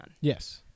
Yes